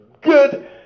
Good